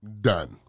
Done